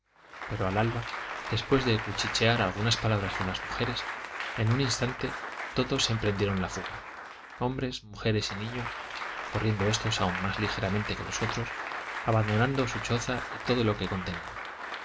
pero al alba después de cuchichear algunas palabras con las mujeres en un instante todos emprendieron la fuga hombres mujeres y niños corriendo éstos aún más ligeramente que los otros abandonando su choza y todo lo que contenía